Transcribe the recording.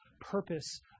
purpose